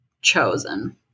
chosen